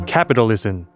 Capitalism